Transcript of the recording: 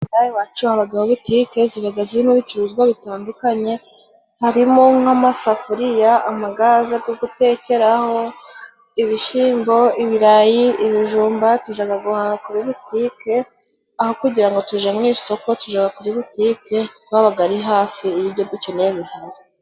Inaha iwacu habayo butike, ziba zirimo ibicuruzwa bitandukanye, harimo nk'amasafuriya, amagaze yo gutekeraho, ibishyimbo, ibirayi, ibijumba, tujya guhaha kuri butike, aho kugirango ngo tujye mu isoko tujya kuri butike, kuko haba ari hafi y'ibyo dukeneye bihari.